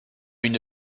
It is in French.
une